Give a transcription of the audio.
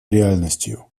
реальностью